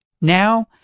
now